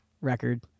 record